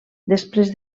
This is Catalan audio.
després